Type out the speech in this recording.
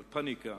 על פניקה